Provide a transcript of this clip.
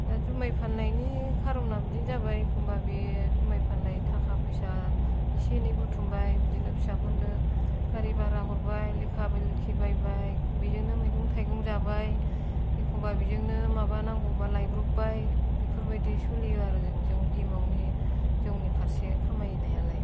दा जुमाय फाननायनि जाहोना बिदिनो जाबाय एखमबा बे जुमाय फाननाय थाखा फैसा एसे एनै बुथुमबाय बिदिनो फिसाफोरनो गारि भारा हरबाय लेखा लेखि बायबाय बेजोंनो मैगं थायगं जाबाय एखमबा बेजोंनो माबा नांगौबा लायब्रबबाय बेफोरबायदि सोलियो आरो जों जौनि फारसे खामायनायालाय